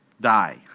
die